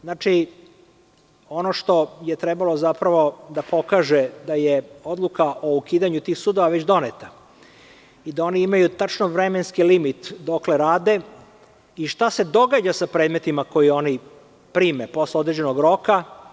Znači, ono što je zapravo trebalo da pokaže da je odluka o ukidanju tih sudova već doneta, i da oni imaju tačno vremenski limit do kada rade, i šta se događa sa predmetima koje oni prime posle određenog roka.